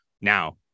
now